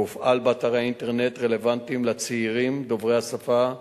והופעל באתרי אינטרנט רלוונטיים לצעירים דוברי השפה,